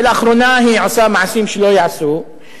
ולאחרונה היא עושה מעשים שלא ייעשו,